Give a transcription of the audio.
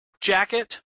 jacket